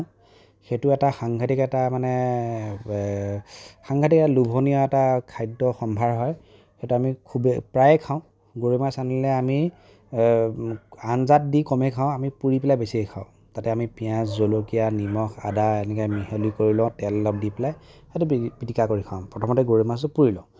সেইটো এটা সাংঘাতিক এটা মানে সাংঘাতিক এটা লোভনীয় এটা খাদ্য সম্ভাৰ হয় সেইটো আমি খুবেই প্ৰায় খাওঁ গৰৈ মাছ আনিলে আমি আঞ্জাত দি কমেই খাওঁ আমি পুৰি পেলাই বেছিয়ে খাওঁ তাতে আমি পিয়াজ জলকীয়া নিমখ আদা এনেকে মিহলি কৰি লওঁ তেল অলপ দি পেলাই সেইটো পিতিকা কৰি খাওঁ প্ৰথমতে গৰৈ মাছটো পুৰি লওঁ